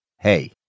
Hey